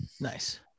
nice